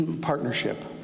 partnership